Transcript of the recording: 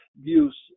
views